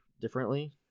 differently